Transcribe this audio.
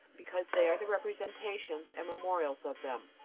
because they are the representations and memorials of them.